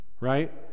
right